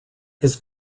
his